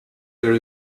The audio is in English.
there